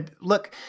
look